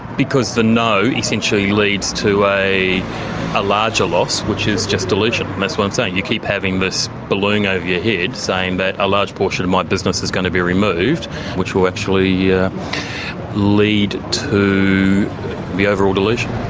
because the no essentially leads to a a larger loss which is just deletion. and that's what i'm saying, you keep having this balloon over your head saying that a large portion of my business is going to be removed which will actually yeah lead to the overall deletion.